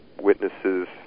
witnesses